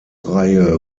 reihe